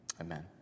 amen